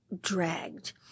dragged